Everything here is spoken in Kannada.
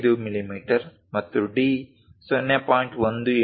5 ಮಿಲಿಮೀಟರ್ ಮತ್ತು d 0